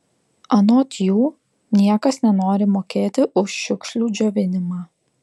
anot jų niekas nenori mokėti už šiukšlių džiovinimą